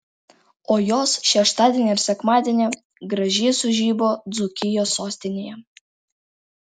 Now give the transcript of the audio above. o jos šeštadienį ir sekmadienį gražiai sužibo dzūkijos sostinėje